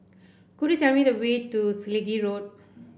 could you tell me the way to Selegie Road